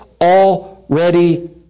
already